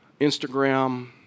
Instagram